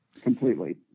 completely